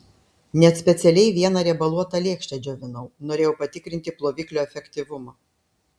net specialiai vieną riebaluotą lėkštę džiovinau norėjau patikrinti ploviklio efektyvumą